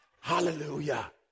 Hallelujah